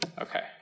Okay